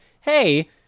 hey